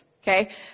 Okay